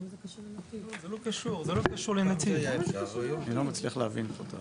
אני לא מצליח להבין.